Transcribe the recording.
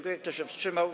Kto się wstrzymał?